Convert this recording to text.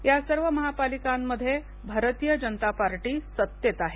या सर्व महापालिकांमध्ये भारतीय जनता पार्टी सत्तेत आहे